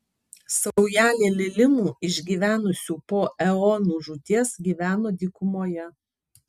saujelė lilimų išgyvenusių po eonų žūties gyveno dykumoje